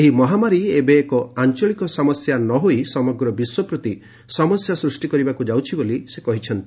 ଏହି ମହାମାରୀ ଏବେ ଏକ ଆଞ୍ଚଳିକ ସମସ୍ୟା ନ ହୋଇ ସମଗ୍ର ବିଶ୍ୱପ୍ରତି ସମସ୍ୟା ସୃଷ୍ଟି କରିବାକୁ ଯାଉଛି ବୋଲି ସେ କହିଛନ୍ତି